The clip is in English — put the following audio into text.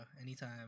Anytime